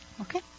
Okay